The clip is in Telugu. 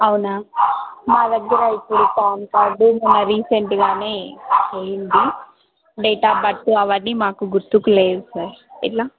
అవునా మా దగ్గర ఇప్పుడు పాన్ కార్డు మొన్న రీసెంట్గానే పోయింది డేట్ ఆఫ్ బర్త్ అవన్నీ మాకు గుర్తులేవు సార్ ఎలా